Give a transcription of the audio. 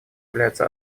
является